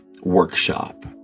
workshop